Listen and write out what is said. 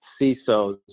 CISOs